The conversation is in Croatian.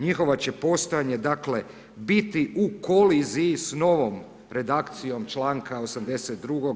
Njihovo će postojanje, dakle biti u koliziji s novom redakcijom članka 82.,